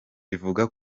ivuga